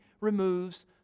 removes